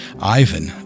Ivan